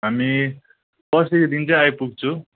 हामी पर्सीको दिन चाहिँ आइपुग्छौँ